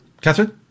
Catherine